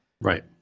right